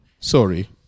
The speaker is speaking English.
Sorry